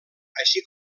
així